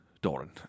Doran